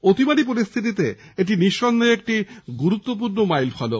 অতিমারি পরিস্থিতিতে এটি নিঃসন্দেহে একটি গুরুত্বপূর্ণ মাইলফলক